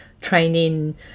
training